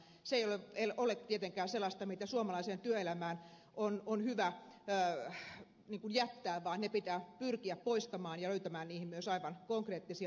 se ei ole tietenkään sellaista mitä suomalaiseen työelämään on hyvä jättää vaan se pitää pyrkiä poistamaan ja löytämään siihen myös aivan konkreettisia ratkaisuja